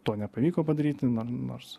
to nepavyko padaryti nors